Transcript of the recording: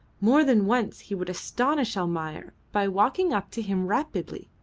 more than once he would astonish almayer by walking up to him rapidly,